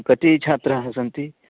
कति छात्राः सन्ति